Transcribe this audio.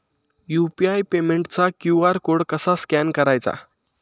UPI पेमेंटचा QR code कसा scan करायचा?